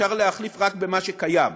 אפשר להחליף רק במה שקיים.